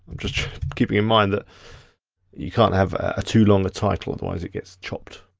just keeping in mind that you can't have ah too long a title. otherwise it gets chopped.